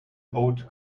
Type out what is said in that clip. old